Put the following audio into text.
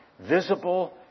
visible